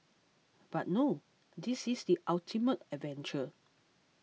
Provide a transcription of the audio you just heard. but no this is the ultimate adventure